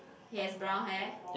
he has brown hair